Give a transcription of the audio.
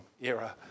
era